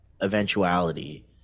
eventuality